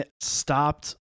stopped